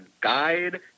guide